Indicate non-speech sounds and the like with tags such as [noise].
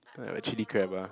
[noise] like chili crab ah